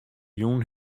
jûn